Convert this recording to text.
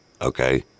Okay